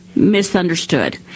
misunderstood